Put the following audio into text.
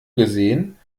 gesehen